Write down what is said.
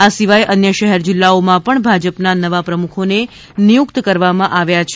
આ સિવાય અન્ય શહેર જિલ્લાઓમાં પણ ભાજપના નવા પ્રમુખોને નિયુક્ત કરવામાં આવ્યા છે